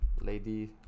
Lady